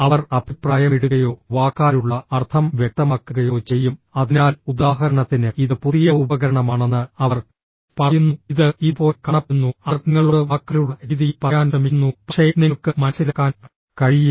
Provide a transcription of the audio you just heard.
അവർ അഭിപ്രായമിടുകയോ വാക്കാലുള്ള അർത്ഥം വ്യക്തമാക്കുകയോ ചെയ്യും അതിനാൽ ഉദാഹരണത്തിന് ഇത് പുതിയ ഉപകരണമാണെന്ന് അവർ പറയുന്നു ഇത് ഇതുപോലെ കാണപ്പെടുന്നു അവർ നിങ്ങളോട് വാക്കാലുള്ള രീതിയിൽ പറയാൻ ശ്രമിക്കുന്നു പക്ഷേ നിങ്ങൾക്ക് മനസ്സിലാക്കാൻ കഴിയില്ല